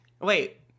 Wait